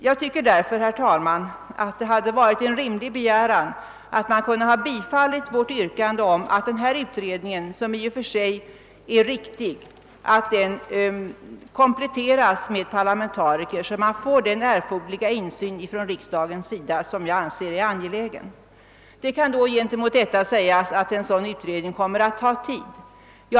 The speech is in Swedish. Det hade därför, herr talman, varit rimligt att man hade biträtt vårt yrkande om att denna utredning, som i och för sig är riktig, kompletteras med parlamentariker så att riksdagen får den insyn som jag anser angelägen. Gentemot detta kan då sägas att en sådan utredning kommer att ta tid.